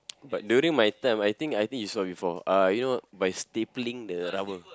but during my time I think I think you saw before uh you know by stapling the rubber